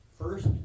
first